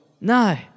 No